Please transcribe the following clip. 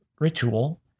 Ritual